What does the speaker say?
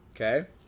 Okay